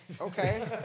Okay